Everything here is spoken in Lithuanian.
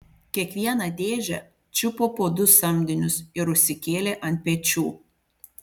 kiekvieną dėžę čiupo po du samdinius ir užsikėlė ant pečių